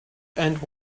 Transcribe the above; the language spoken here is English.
and